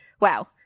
wow